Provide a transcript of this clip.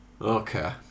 Okay